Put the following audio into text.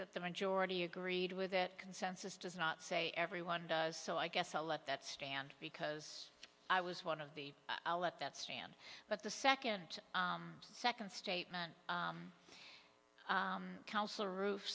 that the majority agreed with that consensus does not say everyone does so i guess i'll let that stand because i was one of the i'll let that stand but the second second statement council roof